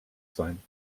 sein